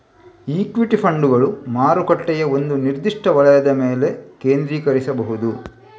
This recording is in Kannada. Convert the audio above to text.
ಇಕ್ವಿಟಿ ಫಂಡುಗಳು ಮಾರುಕಟ್ಟೆಯ ಒಂದು ನಿರ್ದಿಷ್ಟ ವಲಯದ ಮೇಲೆ ಕೇಂದ್ರೀಕರಿಸಬಹುದು